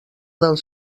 del